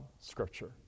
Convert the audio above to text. scripture